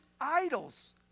idols